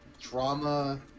drama